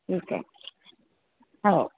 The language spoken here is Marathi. ठीक आहे हो